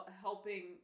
helping